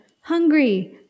hungry